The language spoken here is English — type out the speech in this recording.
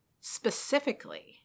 specifically